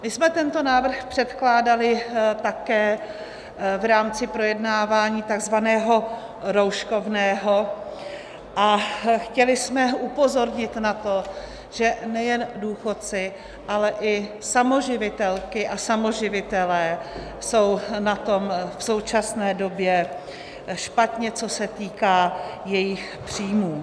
My jsme tento návrh předkládali také v rámci projednávání takzvaného rouškovného a chtěli jsme upozornit na to, že nejen důchodci, ale i samoživitelky a samoživitelé jsou na tom v současné době špatně, co se týká jejich příjmů.